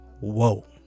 whoa